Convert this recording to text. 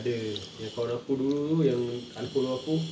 ada yang kawan aku dulu tu yang unfollow aku